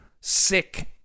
Sick